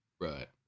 Right